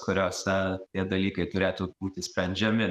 kuriose tie dalykai turėtų būti sprendžiami